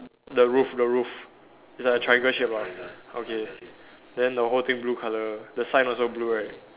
the roof the roof it's like a triangle shape lah okay then the whole thing blue colour the sign also blue right